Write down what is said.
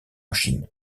chine